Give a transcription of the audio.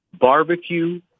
barbecue